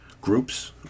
groups